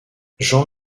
jean